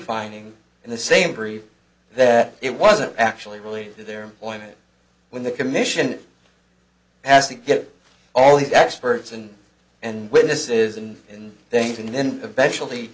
finding in the same theory that it wasn't actually related to their employment when the commission has to get all the experts in and witnesses in and things and then eventually